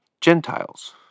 Gentiles